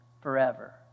forever